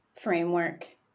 framework